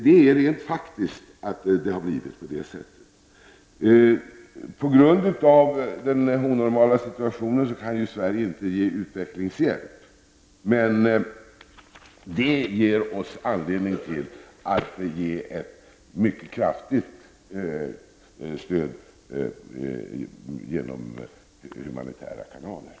Det förhåller sig rent faktiskt så. På grund av den onormala situationen kan inte Sverige ge utvecklingshjälp, men det ger oss anledning till att ge ett mycket kraftigt stöd genom kanaler för humanitärt bistånd.